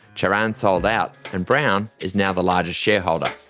charan sold out, and brown is now the largest shareholder.